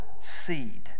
seed